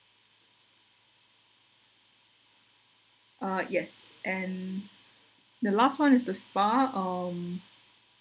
uh yes and the last one is the spa um